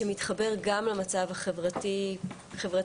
שמתחבר גם למצב החברתי-פוליטי-כלכלי,